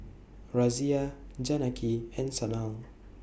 Razia Janaki and Sanal